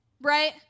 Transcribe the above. Right